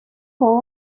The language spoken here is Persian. بابا